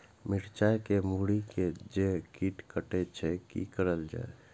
मिरचाय के मुरी के जे कीट कटे छे की करल जाय?